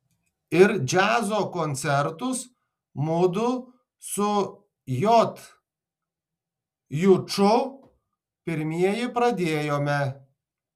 ir džiazo koncertus mudu su j juču pirmieji pradėjome